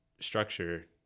structure